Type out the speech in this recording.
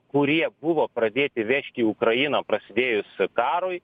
kurie buvo pradėti vežti į ukrainą prasidėjus karui